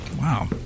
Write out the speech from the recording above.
Wow